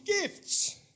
gifts